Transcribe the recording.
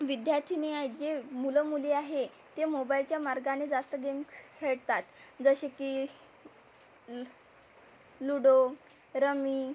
विद्यार्थिनी आहेत जे मुलं मुली आहे ते मोबाईलच्या मार्गाने जास्त गेम खेळतात जसे की ल लूडो रमी